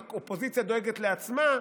האופוזיציה דואגת לעצמה,